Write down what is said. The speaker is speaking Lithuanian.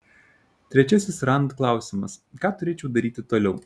trečiasis rand klausimas ką turėčiau daryti toliau